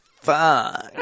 fuck